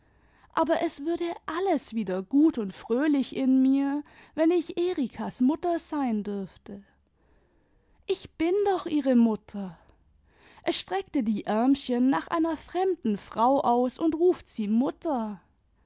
aber es würde alles wieder gut und fröhlich in mir wenn ich erikas mutter sein dürfte ich bin doch ihre mutter i es streckte die ärmchen nach einer fremden frau aus und ruft sie mutter